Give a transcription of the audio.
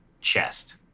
chest